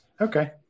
Okay